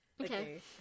Okay